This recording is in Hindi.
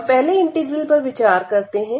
हम पहले इंटीग्रल पर विचार करते हैं